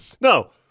No